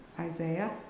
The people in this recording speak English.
isaiah,